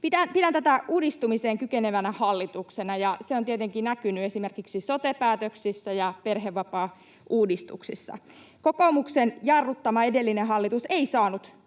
hallitusta uudistumiseen kykenevänä, ja se on tietenkin näkynyt esimerkiksi sote-päätöksissä ja perhevapaauudistuksissa. Kokoomuksen jarruttamana edellinen hallitus ei saanut näitä